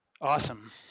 Awesome